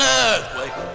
earthquake